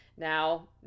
Now